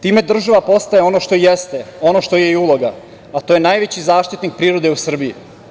Time država postaje ono što jeste, ono što joj je i uloga, a to je najveći zaštitnik prirode u Srbiji.